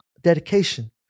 dedication